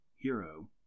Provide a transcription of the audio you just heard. hero